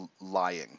lying